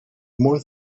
more